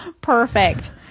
perfect